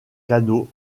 canaux